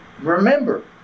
Remember